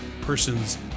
person's